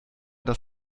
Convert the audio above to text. das